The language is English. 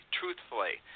truthfully